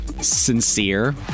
sincere